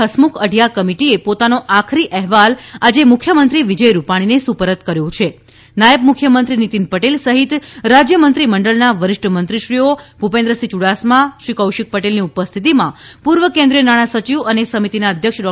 હસમુખ અઢિયા કમિટિએ પોતાનો આખરી અહેવાલ આજે મુખ્યમંત્રી વિજય રૂપાણીને સુપ્રત કર્યો છે નાયબ મુખ્યમંત્રી નીતિન પટેલ સહિત રાજ્ય મંત્રીમંડળના વરિષ્ઠ મંત્રીઓ શ્રી ભૂપેન્દ્રસિંહ યુડાસમા શ્રી કૌશિક પટેલની ઉપસ્થિતીમાં પૂર્વ કેન્દ્રીય નાણાં સચિવ અને સમિતીના અધ્યક્ષ ડૉ